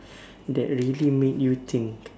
that really made you think